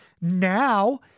Now